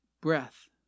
breath